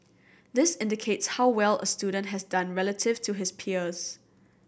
this indicates how well a student has done relative to his peers